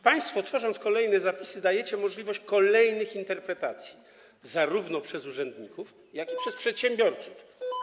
Państwo, tworząc kolejne zapisy, dajecie możliwość tworzenia kolejnych interpretacji, zarówno przez urzędników, jak i przez przedsiębiorców.